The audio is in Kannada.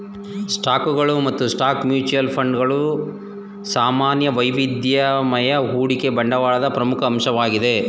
ಸ್ಟಾಕ್ಗಳು ಮತ್ತು ಸ್ಟಾಕ್ ಮ್ಯೂಚುಯಲ್ ಫಂಡ್ ಗಳ ಸಾಮಾನ್ಯ ವೈವಿಧ್ಯಮಯ ಹೂಡಿಕೆ ಬಂಡವಾಳದ ಪ್ರಮುಖ ಅಂಶವಾಗಿದೆ